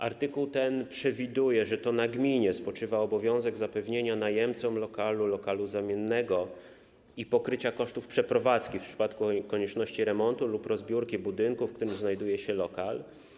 Artykuł ten przewiduje, że to na gminie spoczywa obowiązek zapewnienia najemcom lokalu zamiennego i pokrycia kosztów przeprowadzki w przypadku konieczności remontu lub rozbiórki budynku, w którym znajduje się lokal.